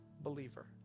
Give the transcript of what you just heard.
believer